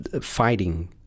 fighting